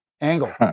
Angle